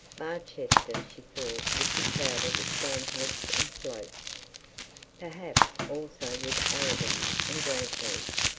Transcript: barchester she thought would be crowded with stanhopes and slopes perhaps also with arabins and grantlys.